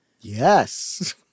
Yes